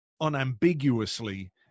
unambiguously